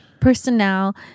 ...personnel